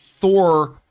Thor